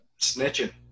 Snitching